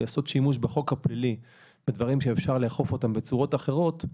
לעשות שימוש בחוק הפלילי בדברים שאפשר לאכוף בצורות אחרות,